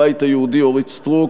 הבית היהודי: אורית סטרוק.